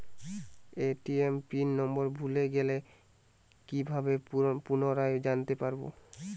ATM pin number ভুলে গেলে কি ভাবে পুনরায় জানতে পারবো?